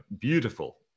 beautiful